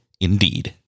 Indeed